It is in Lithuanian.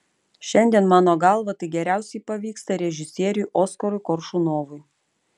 šiandien mano galva tai geriausiai pavyksta režisieriui oskarui koršunovui